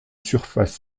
surface